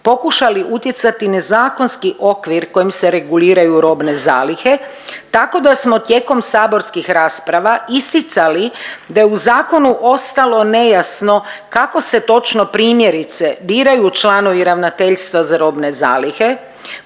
pokušali utjecati na zakonski okvir kojim se reguliraju robne zalihe tako da smo tijekom saborskih rasprava isticali da je u zakonu ostalo nejasno kako se točno primjerice biraju članovi Ravnateljstva za robne zalihe,